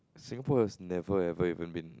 Singapore has never ever even been